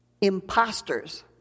imposters